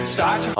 Start